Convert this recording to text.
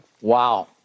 Wow